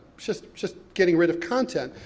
just, just getting rid of content,